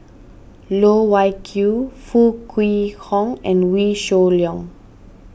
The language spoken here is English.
Loh Wai Kiew Foo Kwee Horng and Wee Shoo Leong